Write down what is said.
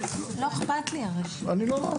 תודה רבה.